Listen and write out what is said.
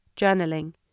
journaling